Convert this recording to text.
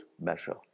measure